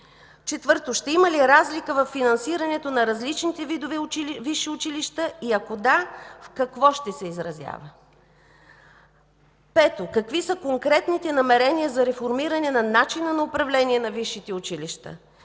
ще има ли разлика във финансирането на различните видове висши училища и ако да, в какво ще се изразява? Пето, какви са конкретните намерения за реформиране на начина на управление на висшите училища